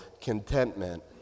contentment